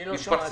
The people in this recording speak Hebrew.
אני לא שמעתי.